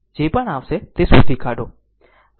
જે પણ આવશે તે શોધી કાઢો